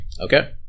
Okay